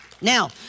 Now